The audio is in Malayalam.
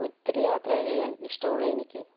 ഒത്തിരി യാത്ര ചെയ്യാൻ ഇഷ്ടമുള്ള എനിക്ക്